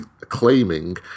claiming